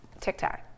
TikTok